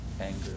anger